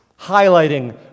highlighting